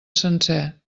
sencer